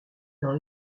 dans